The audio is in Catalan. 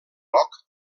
groc